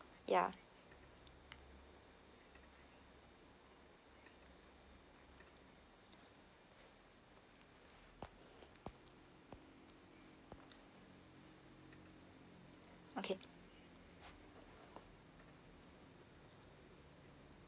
ya okay